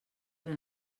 hora